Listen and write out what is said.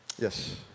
Yes